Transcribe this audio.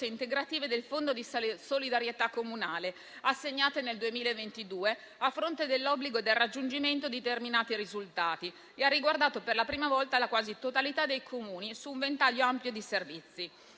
integrative del Fondo di solidarietà comunale assegnate nel 2022, a fronte dell'obbligo del raggiungimento di determinati risultati e ha riguardato per la prima volta la quasi totalità dei Comuni su un ventaglio ampio di servizi.